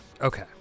Okay